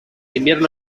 invierno